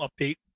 update